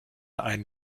einen